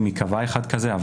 אם ייקבע אחד כזה,